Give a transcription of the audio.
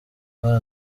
abana